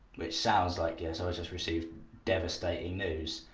which sounds like, y'know, someone's just received devastating news.